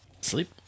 Sleep